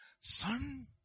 Son